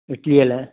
इडलीअ लाए